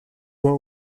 were